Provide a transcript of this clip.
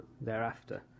thereafter